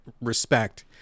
respect